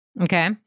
Okay